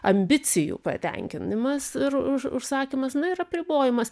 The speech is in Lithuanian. ambicijų patenkinimas ir už užsakymas nu ir apribojimas